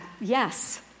yes